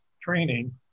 training